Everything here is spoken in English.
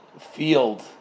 field